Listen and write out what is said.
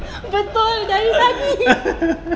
betul dari tadi